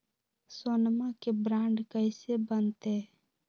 सोनमा के बॉन्ड कैसे बनते?